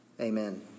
Amen